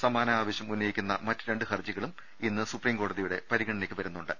സമാന ആവശൃം ഉന്നയിക്കുന്ന മറ്റ് രണ്ട് ഹർജികളും ഇന്ന് സുപ്രീം കോടതിയുടെ പരിഗണനയ്ക്ക് വരുന്നുണ്ട്